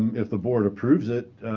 if the board approves it,